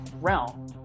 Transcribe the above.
realm